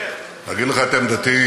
אגיד לך את עמדתי,